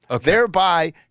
thereby